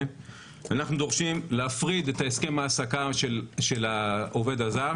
אנחנו דורשים להפריד את הסכם ההעסקה של העובד הזר